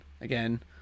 again